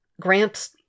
Grant